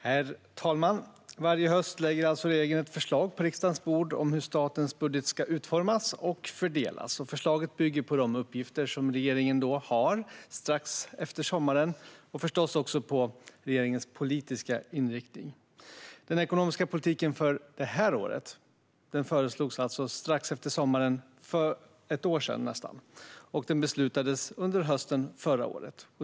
Herr talman! Varje höst lägger regeringen ett förslag på riksdagens bord om hur statens budget ska utformas och fördelas. Förslaget bygger på de uppgifter som regeringen har strax efter sommaren och förstås på regeringens politiska inriktning. Den ekonomiska politiken för detta år föreslogs alltså för nästan ett år sedan och beslutades under hösten förra året.